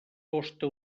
costa